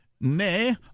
nay